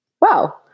wow